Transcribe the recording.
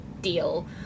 deal